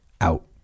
out